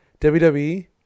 WWE